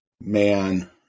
Man